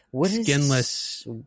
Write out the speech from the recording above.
skinless